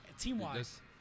Team-wise